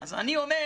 אז אני אומר,